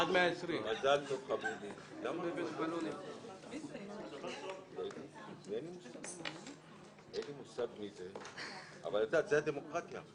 עד 120. אין לי מושג מי זה אבל זו הדמוקרטיה.